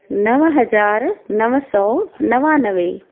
नव हज़ार नव सौ नवानवे